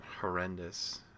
horrendous